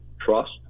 Trust